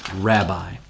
Rabbi